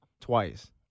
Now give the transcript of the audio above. Twice